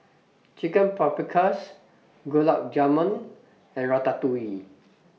Chicken Paprikas Gulab Jamun and Ratatouille